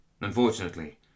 Unfortunately